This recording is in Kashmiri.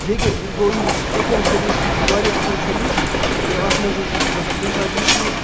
جے کے گوٚو یُس اے ٹی اٮ۪م سٔروِس چھِ یہِ چھِ واریاہ اَصٕل سٔروِس تہٕ اَتھ منٛز ہسا چھِ گژھان کُنہِ ساتہٕ یہِ کہِ